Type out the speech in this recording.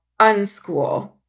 unschool